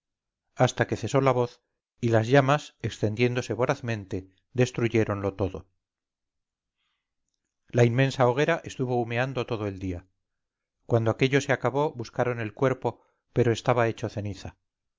hasta que cesó la voz y las llamas extendiéndose vorazmente destruyéronlo todo la inmensa hoguera estuvo humeando todo el día cuando aquello se acabó buscaron el cuerpo pero estaba hecho ceniza